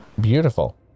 beautiful